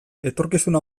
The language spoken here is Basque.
etorkizuna